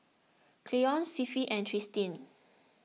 Cleon Cliffie and Tristin